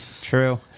True